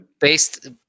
based